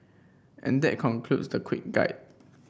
and that concludes the quick guide